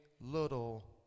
little